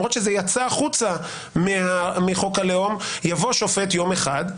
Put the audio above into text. יבוא שופט יום אחד,